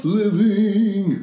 living